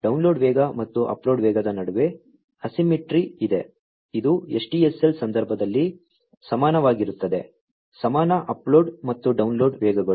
ಆದ್ದರಿಂದ ಡೌನ್ಲೋಡ್ ವೇಗ ಮತ್ತು ಅಪ್ಲೋಡ್ ವೇಗದ ನಡುವೆ ಅಸಿಮ್ಮೆಟ್ರಿ ಇದೆ ಇದು SDSL ಸಂದರ್ಭದಲ್ಲಿ ಸಮಾನವಾಗಿರುತ್ತದೆ ಸಮಾನ ಅಪ್ಲೋಡ್ ಮತ್ತು ಡೌನ್ಲೋಡ್ ವೇಗಗಳು